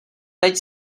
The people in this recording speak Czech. teď